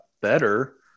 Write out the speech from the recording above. better